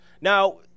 Now